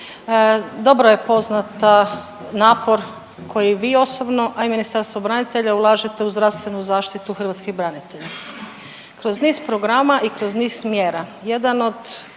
dobro je poznata napor koji vi osobno, a i Ministarstvo branitelja ulažete u zdravstvenu zaštitu hrvatskih branitelja kroz niz programa i kroz niz mjera. Jedan od